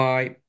Bye